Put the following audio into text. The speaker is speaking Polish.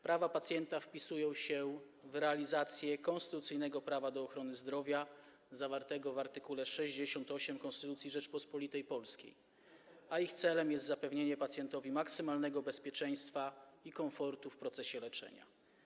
Prawa pacjenta wpisują się w realizację konstytucyjnego prawa do ochrony zdrowia, zawartego w art. 68 Konstytucji Rzeczypospolitej Polskiej, a ich celem jest zapewnienie pacjentowi maksymalnego bezpieczeństwa i komfortu w procesie leczenia.